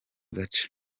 gace